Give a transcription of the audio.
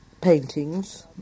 Paintings